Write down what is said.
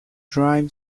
drive